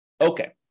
Okay